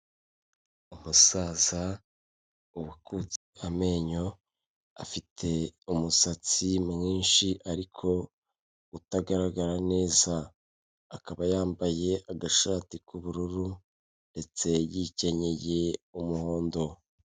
Umusaza wakutse amenyo afite umusatsi mwinshi ariko utagaragara neza, akaba yambaye agashati k'ubururu ndetse yikenyeye umuhondo.